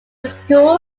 school